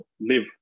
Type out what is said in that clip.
live